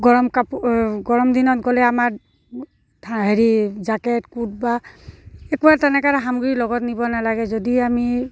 গৰম কাপোৰ গৰমদিনত গ'লে আমাৰ হেৰি জাকেট কুট বা একো তেনেকৈ সামগ্ৰী লগত নিব নালাগে যদি আমি